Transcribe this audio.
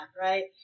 Right